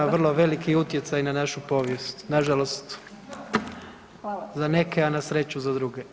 Ima vrlo veliki utjecaj na našu povijest, nažalost za neke, a na sreću za druge.